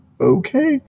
Okay